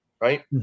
right